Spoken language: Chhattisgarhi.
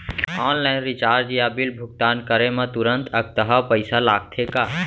ऑनलाइन रिचार्ज या बिल भुगतान करे मा तुरंत अक्तहा पइसा लागथे का?